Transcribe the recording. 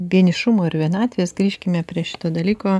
vienišumo ir vienatvės grįžkime prie šito dalyko